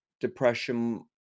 depression